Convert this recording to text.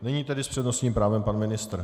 Nyní tedy s přednostním právem pan ministr.